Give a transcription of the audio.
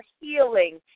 healing